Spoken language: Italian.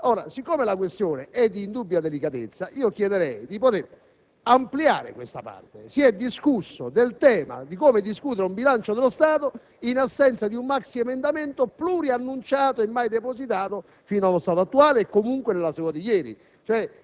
Ora, siccome la questione è di indubbia delicatezza, chiederei di poter ampliare questa parte. Si è affrontato il tema di come discutere un bilancio dello Stato in assenza di un maxiemendamento pluriannunciato e mai depositato nella seduta di ieri